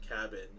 cabin